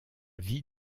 vie